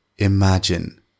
Imagine